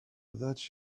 that